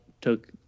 took